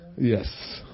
Yes